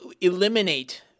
eliminate